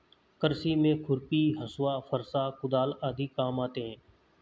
कृषि में खुरपी, हँसुआ, फरसा, कुदाल आदि काम आते है